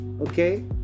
okay